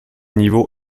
niveau